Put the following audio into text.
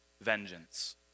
vengeance